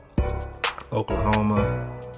Oklahoma